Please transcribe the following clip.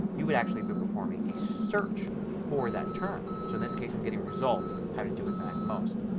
you would actually be performing a search for that term. so in this case i'm getting results having to do with macmost.